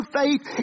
faith